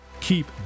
keep